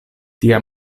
tia